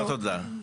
לא, תודה.